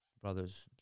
Brothers